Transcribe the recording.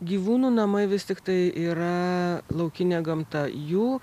gyvūnų namai vis tik tai yra laukinė gamta jų